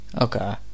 Okay